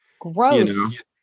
Gross